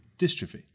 dystrophy